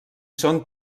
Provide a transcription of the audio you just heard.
són